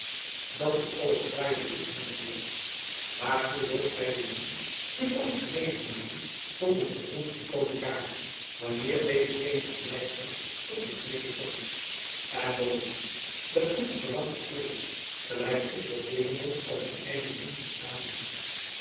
alles is fraai en goed hernam buat maar hoe wilt gy de lieden hier ooit genegen maken tot een verbond met koning karel wanneer deze geene geneigdheid tot den vrede toont en bovendien de prins verlangt den vrede gelijk ik zoo even nog uit zijn eigen mond verstaan heb